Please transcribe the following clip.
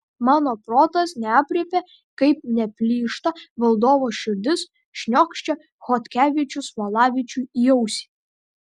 mano protas neaprėpia kaip neplyšta valdovo širdis šniokščia chodkevičius valavičiui į ausį